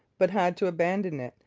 but had to abandon it,